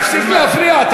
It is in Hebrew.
תפסיק להפריע.